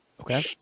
Okay